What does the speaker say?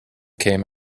came